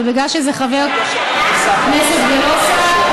אבל בגלל שזה חבר כנסת ולא שר,